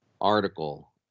article